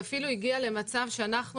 זה אפילו הגיע למצב שאנחנו,